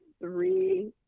three